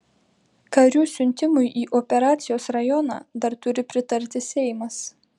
karių siuntimui į operacijos rajoną dar turi pritarti seimas